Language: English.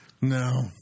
No